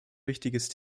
wichtiges